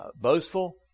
boastful